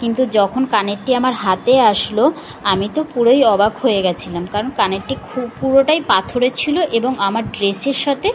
কিন্তু যখন কানেরটি আমার হাতে আসল আমি তো পুরোই অবাক হয়ে গিয়েছিলাম কারণ কানেরটি খুব পুরোটাই পাথরের ছিল এবং আমার ড্রেসের সাথে